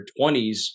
20s